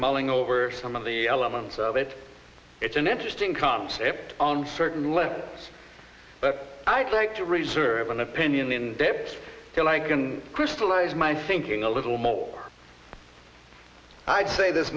mulling over some of the elements of it it's an interesting concept on certain left but i'd like to reserve an opinion in depth till i can crystallize my thinking a little more i'd say this